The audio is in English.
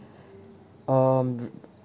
um